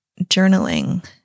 journaling